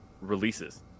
releases